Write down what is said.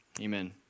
amen